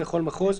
לכל מחוז,